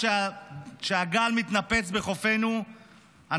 כשהגל מתנפץ על חופֵנוּ,